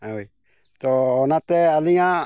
ᱦᱳᱭ ᱛᱚ ᱚᱱᱟᱛᱮ ᱟᱹᱞᱤᱧᱟᱜ